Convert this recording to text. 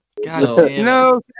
No